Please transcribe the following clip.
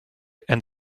and